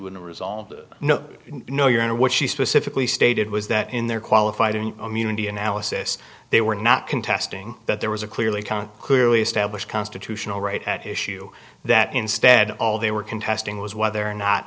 would resolve no no your honor what she specifically stated was that in their qualified immunity analysis they were not contesting that there was a clearly count clearly established constitutional right at issue that instead all they were contesting was whether or not